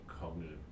cognitive